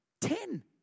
Ten